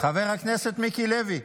חבר הכנסת מיקי לוי.